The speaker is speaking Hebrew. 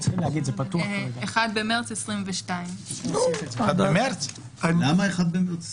1 במרץ 2022. למה 1 במרץ 2022?